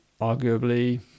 arguably